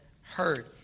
heard